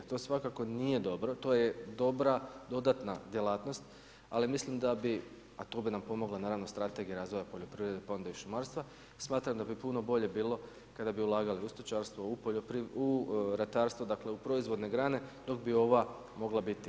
To svakako nije dobro, to je dobra dodatna djelatnost ali mislim da bi, a to bi nam pomogla naravno strategija razvoja poljoprivrede pa onda i šumarstva, smatram da bi puno bolje bilo kada bi ulagali u stočarstvo, u ratarstvu, dakle u proizvodne grane dok bi ova mogla biti popratna.